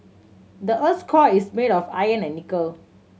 the earth's core is made of iron and nickel